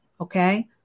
Okay